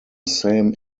same